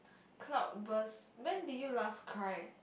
cloud burst when did you last cry